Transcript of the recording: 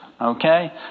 Okay